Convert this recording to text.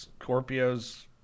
Scorpios